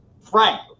Frank